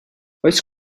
oes